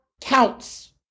counts